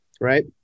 Right